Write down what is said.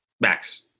Max